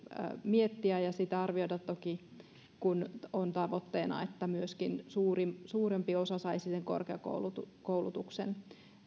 miettiä ja sitä toki arvioida kun on tavoitteena että myöskin suurempi osa saisi sen korkeakoulutuksen